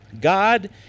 God